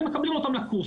ומקבלים אותם לקורס.